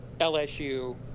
LSU